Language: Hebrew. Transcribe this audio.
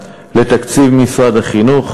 לתקציב משרד החינוך.